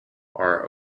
are